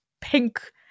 pink